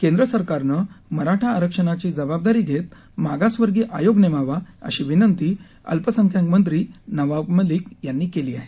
केद्र सरकारनं मराठा आरक्षणाची जबाबदारी घेत मागासवर्गीय आयोग नेमावा अशी विनंती अल्पसंख्यांक मंत्री नवाब मलिक यांनी केली आहे